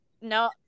no